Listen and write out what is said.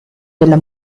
della